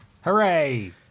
Hooray